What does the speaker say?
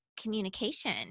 communication